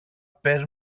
πες